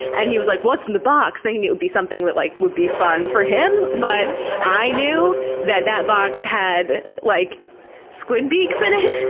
and he was like, what's in the box? thinking it would be something that like would be fun for him, but i knew that that box had like squid beaks in it.